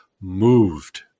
moved